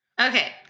Okay